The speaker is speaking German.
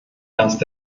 erste